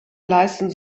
leisten